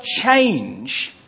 change